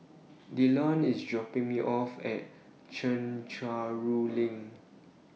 Dylon IS dropping Me off At Chencharu LINK